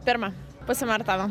pirmą pusę maratono